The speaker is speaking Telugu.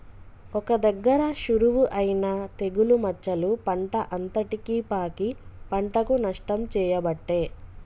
ఒక్క దగ్గర షురువు అయినా తెగులు మచ్చలు పంట అంతటికి పాకి పంటకు నష్టం చేయబట్టే